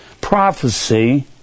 prophecy